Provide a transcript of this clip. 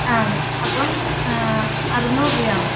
ആ അപ്പം അറുന്നൂർ രൂപയാകും